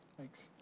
thanks.